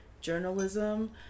journalism